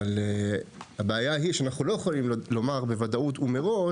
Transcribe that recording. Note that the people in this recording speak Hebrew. הבעיה היא שאנחנו לא יכולים לומר בוודאות ומראש,